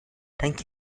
thank